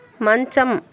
మంచం